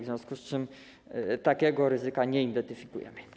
W związku z tym takiego ryzyka nie identyfikujemy.